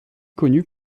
connue